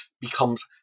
becomes